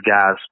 guys